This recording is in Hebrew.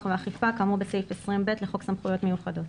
ואכיפה כאמור בסעיף 20(ב) לחוק סמכויות מיוחדות.